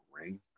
ring